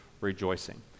rejoicing